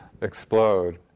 explode